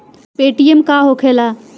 Paytm का होखेला?